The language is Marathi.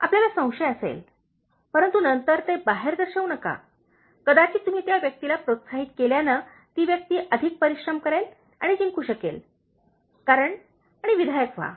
आपल्याला संशय असेल परंतु नंतर ते बाहेर दर्शवू नका कदाचित तुम्ही त्या व्यक्तीला प्रोत्साहित केल्याने ती व्यक्ती अधिक परिश्रम करेल आणि जिंकू शकेल कारण आणि विधायक व्हा